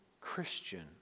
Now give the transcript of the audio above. Christian